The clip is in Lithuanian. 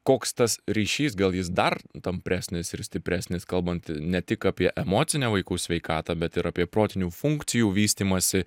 koks tas ryšys gal jis dar tampresnis ir stipresnis kalbant ne tik apie emocinę vaikų sveikatą bet ir apie protinių funkcijų vystymąsi